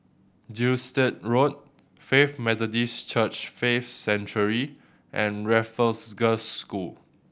Gilstead Road Faith Methodist Church Faith Sanctuary and Raffles Girls' School